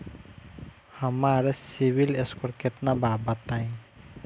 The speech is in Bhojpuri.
हमार सीबील स्कोर केतना बा बताईं?